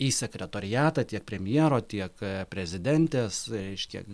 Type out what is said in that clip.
į sekretoriatą tiek premjero tiek prezidentės reiškia